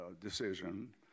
decision